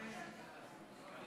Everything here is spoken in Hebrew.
ההצעה להעביר לוועדה